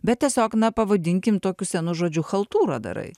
bet tiesiog na pavadinkim tokiu senu žodžiu chaltūrą darai